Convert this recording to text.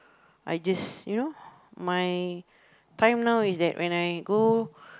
I just you know my time now is that when I go